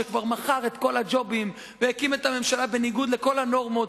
שכבר מכר את כל הג'ובים והקים את הממשלה בניגוד לכל הנורמות,